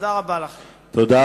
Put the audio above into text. תודה